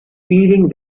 feeling